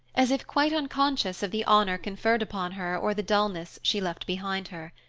as if quite unconscious of the honor conferred upon her or the dullness she left behind her.